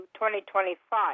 2025